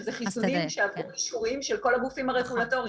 שאלה חיסונים שעברו אישורים של כל הגופים הרגולטוריים.